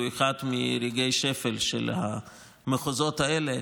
הוא אחד מרגעי השפל של המחוזות האלה.